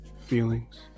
feelings